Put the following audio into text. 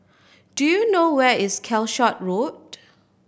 do you know where is Calshot Road